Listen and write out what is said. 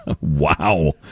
Wow